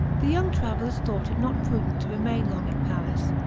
the young travelers thought it not prudent to remain long in paris,